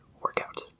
workout